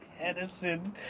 Edison